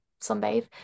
sunbathe